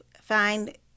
find